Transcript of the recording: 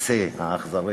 בקצה האכזרי